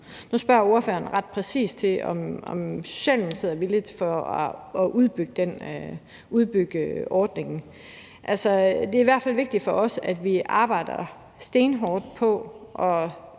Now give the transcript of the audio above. Nu spørger ordføreren ret præcist til, om Socialdemokratiet er villig til at udbygge ordningen. Altså, det er i hvert fald vigtigt for os, at vi arbejder benhårdt på at